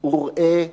וראה: